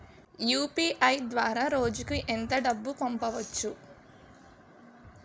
UPI ద్వారా రోజుకి ఎంత డబ్బు పంపవచ్చు?